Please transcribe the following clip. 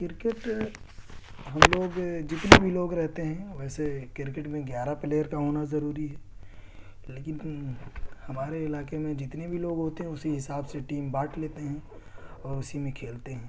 cricket ہم لوگ جتنے بھی لوگ رہتے ہیں ویسے کرکٹ میں گیارہ پلیئر کا ہونا ضروری ہے لیکن ہمارے علاقے میں جتنے بھی لوگ ہوتے ہیں اسی حساب سے ٹیم بانٹ لیتے ہیں اور اسی میں کھیلتے ہیں